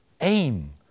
aim